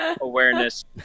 awareness